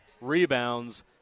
rebounds